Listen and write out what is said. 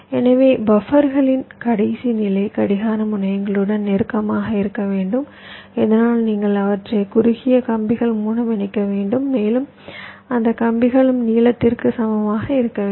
எனவே பஃப்பர்களின் கடைசி நிலை கடிகார முனையங்களுடன் நெருக்கமாக இருக்க வேண்டும் இதனால் நீங்கள் அவற்றை குறுகிய கம்பிகள் மூலம் இணைக்க முடியும் மேலும் அந்த கம்பிகளும் நீளத்திற்கு சமமாக இருக்க வேண்டும்